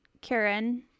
karen